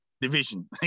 division